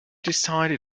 decided